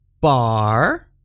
Bar